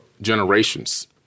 generations